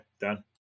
Done